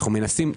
אנו מנסים,